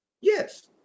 Yes